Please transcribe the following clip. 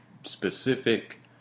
specific